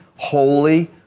Holy